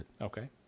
Okay